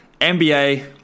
NBA